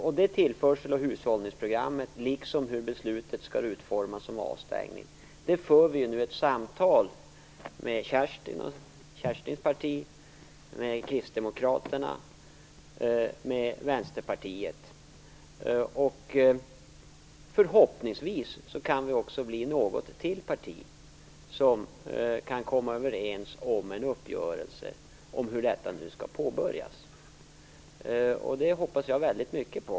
Om detta tillförsel och hushållningsprogram, och om hur beslutet om avstängning skall utformas, för vi nu samtal med Kerstin Warnerbrings parti, med Kristdemokraterna och med Vänsterpartiet. Förhoppningsvis kan det också bli något ytterligare parti som kan vara med och komma överens om en uppgörelse för att påbörja detta. Det hoppas jag väldigt mycket på.